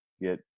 get